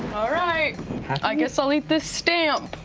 i i guess i'll eat this stamp.